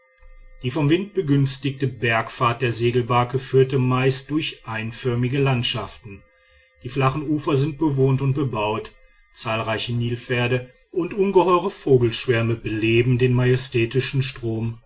die vom wind begünstigte bergfahrt der segelbarke führte meist durch einförmige landschaft die flachen ufer sind bewohnt und bebaut zahlreiche nilpferde und ungeheure vogelschwärme beleben den majestätischen strom